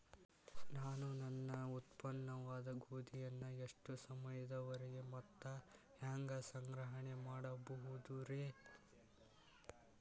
ನಾನು ನನ್ನ ಉತ್ಪನ್ನವಾದ ಗೋಧಿಯನ್ನ ಎಷ್ಟು ಸಮಯದವರೆಗೆ ಮತ್ತ ಹ್ಯಾಂಗ ಸಂಗ್ರಹಣೆ ಮಾಡಬಹುದುರೇ?